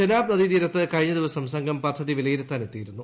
ചെനാബ് നദിതീരത്ത് കഴിഞ്ഞ ദിവസം സംഘം പദ്ധതി വിലയിരുത്താൻ എത്തിയിരുന്നു